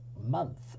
month